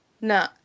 No